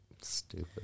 stupid